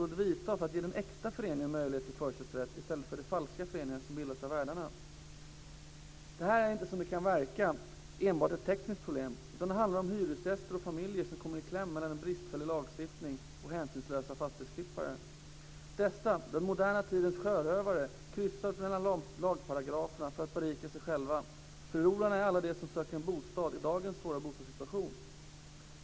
Det här är inte som det kan verka enbart ett tekniskt problem, utan det handlar om hyresgäster och familjer som kommer i kläm mellan en bristfällig lagstiftning och hänsynslösa fastighetsklippare. Dessa den moderna tidens sjörövare kryssar mellan lagparagraferna för att berika sig själva. Förlorarna är alla de som söker en bostad i dagens svåra bostadssituation.